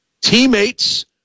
Teammates